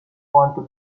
wanted